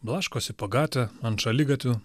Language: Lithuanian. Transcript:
blaškosi po gatvę ant šaligatvių